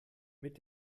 mit